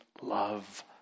love